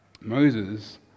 Moses